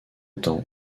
temps